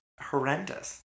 horrendous